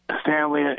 Stanley